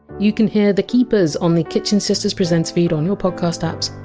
you can hear the keepers on the kitchen sisters presents feed on your podcast apps,